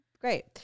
great